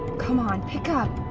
come on. pick up.